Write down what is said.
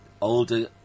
older